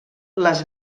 les